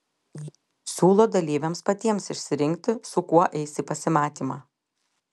siūlo dalyviams patiems išsirinkti su kuo eis į pasimatymą